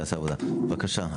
בבקשה.